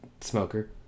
Smoker